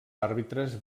àrbitres